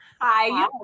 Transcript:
Hi